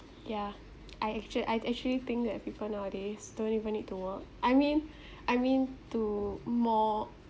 yeah I actually I actually think that people nowadays don't even need to work I mean I mean to more